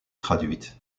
traduites